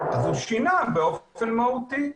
הוא שינה באופן מהותי.